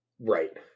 Right